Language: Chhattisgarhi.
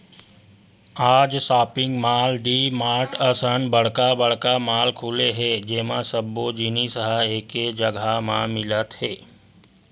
आज सॉपिंग मॉल, डीमार्ट असन बड़का बड़का मॉल खुले हे जेमा सब्बो जिनिस ह एके जघा म मिलत हे